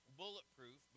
bulletproof